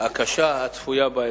הקשה הצפויה באזור.